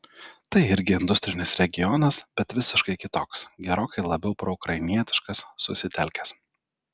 tai irgi industrinis regionas bet visiškai kitoks gerokai labiau proukrainietiškas susitelkęs